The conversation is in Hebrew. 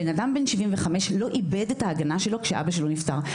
בן אדם בן 75 לא איבד את ההגנה שלו כשאבא שלו נפטר.